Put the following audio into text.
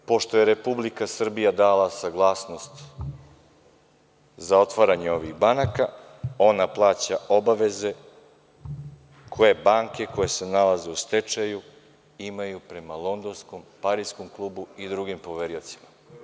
Sad, pošto je Republika Srbija dala saglasnost za otvaranje ovih banaka, ona plaća obaveze koje banke koje se nalaze u stečaju imaju prema Londonskom, Pariskom klubu i drugim poveriocima.